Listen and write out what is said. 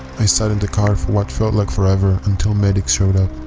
i sat in the car for what felt like forever until medics showed up.